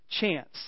chance